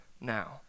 now